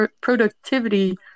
productivity